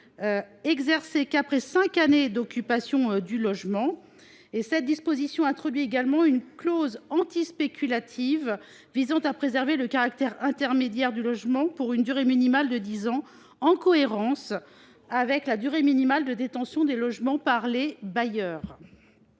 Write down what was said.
exercée qu’après cinq années d’occupation du logement. La disposition proposée comprend également une clause antispéculative visant à préserver le caractère intermédiaire du logement pour une durée minimale de dix ans, en cohérence avec la durée minimale de détention des logements par les bailleurs.